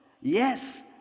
Yes